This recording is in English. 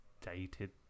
dated